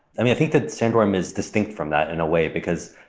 i think that sandworm is distinct from that in a way because,